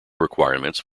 requirements